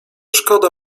szkoda